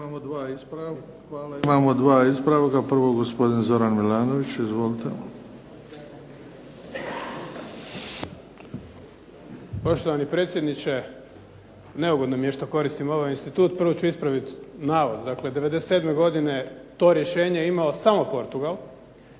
Imamo dva ispravka. Prvo, gospodin Zoran Milanović. Izvolite. **Milanović, Zoran (SDP)** Poštovani predsjedniče, neugodno mi je što koristim ovaj institut. Prvo ću ispraviti navod. Dakle, '97. godine to rješenje je imao samo Portugal,